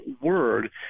word